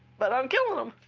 but i'm killing them.